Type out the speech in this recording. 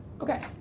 Okay